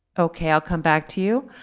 okay, i'll come back to you.